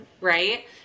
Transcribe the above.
right